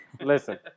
Listen